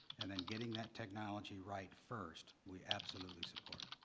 and then getting that technology right first, we absolutely support.